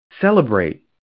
Celebrate